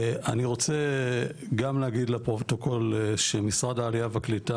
אני רוצה גם להגיד לפרוטוקול שמשרד העלייה והקליטה